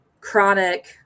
chronic